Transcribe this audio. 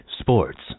sports